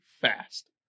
fast